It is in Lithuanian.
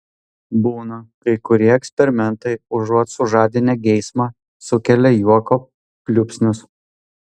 būna kai kurie eksperimentai užuot sužadinę geismą sukelia juoko pliūpsnius